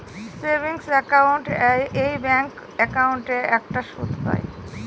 savings account এ bank একাউন্টে একটা সুদ পাই